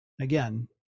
again